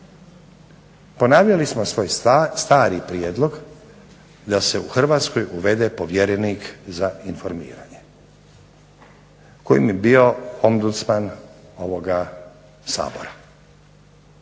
Ponavljali smo svoj stari prijedlog da se u Hrvatskoj uvede povjerenik za informiranje koji bi bio ombucman ovog Sabora.